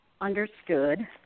understood